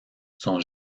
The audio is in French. sont